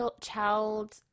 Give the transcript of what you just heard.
child